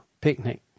picnic